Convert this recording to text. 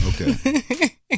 Okay